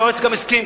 היועץ גם הסכים,